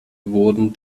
wurden